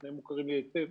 ששניהם מוכרים לי היטב,